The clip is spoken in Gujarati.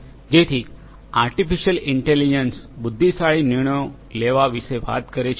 જેથી આર્ટીફિશિઅલ ઇન્ટેલિજન્સ બુદ્ધિશાળી નિર્ણયો લેવા વિશે વાત કરે છે